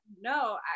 no